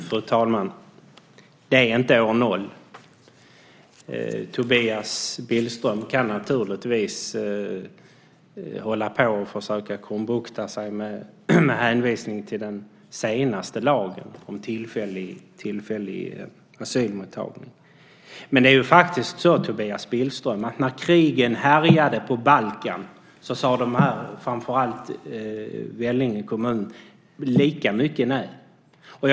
Fru talman! Det är inte år 0. Tobias Billström kan naturligtvis hålla på och försöka krumbukta sig med hänvisningar till den senaste lagen om tillfällig asylmottagning. Men det är faktiskt så, Tobias Billström, att när krigen härjade på Balkan sade dessa kommuner, och framför allt Vellinge kommun, nej i lika stor utsträckning.